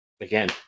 again